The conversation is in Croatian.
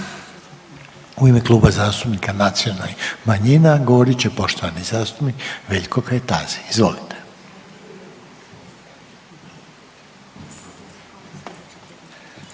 U ime Kluba zastupnika nacionalnih manjina govorit će poštovani zastupnik Veljko Kajtazi, izvolite.